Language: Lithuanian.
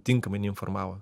tinkamai neinformavo